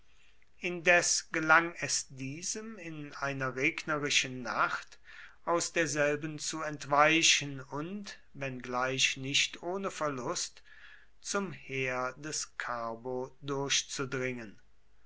indes gelang es diesem in einer regnerischen nacht aus derselben zu entweichen und wenngleich nicht ohne verlust zum heer des carbo durchzudringen